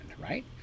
right